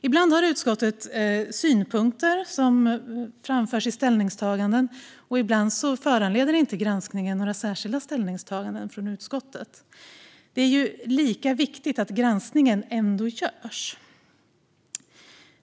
Ibland har utskottet synpunkter som framförs i ställningstaganden, och ibland föranleder granskningen inte några särskilda ställningstaganden. Det är ändå lika viktigt att granskningen görs.